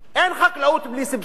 אין חקלאות בלי סבסוד,